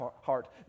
heart